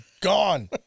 gone